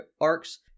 arcs